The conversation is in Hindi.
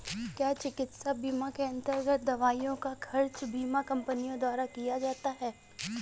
क्या चिकित्सा बीमा के अन्तर्गत दवाइयों का खर्च बीमा कंपनियों द्वारा दिया जाता है?